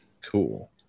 Cool